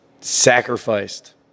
sacrificed